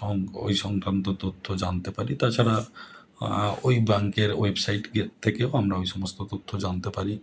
ওই সংক্রান্ত তথ্য জানতে পারি তাছাড়া ওই ব্যাঙ্কের ওয়েবসাইটের থেকেও আমরা ওই সমস্ত তথ্য জানতে পারি